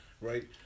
right